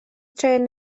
trên